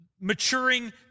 maturing